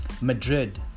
Madrid